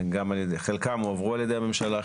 חלקם הועברו על ידי הממשלה,